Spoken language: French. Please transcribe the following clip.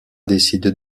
décide